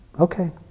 Okay